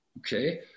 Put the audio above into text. Okay